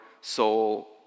soul